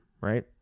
right